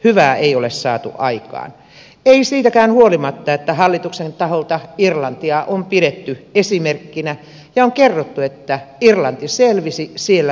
hyvää ei ole saatu aikaan ei siitäkään huolimatta että hallituksen taholta irlantia on pidetty esimerkkinä ja on kerrottu että irlanti selvisi siellä menee nyt hyvin